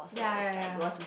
yeah yeah yeah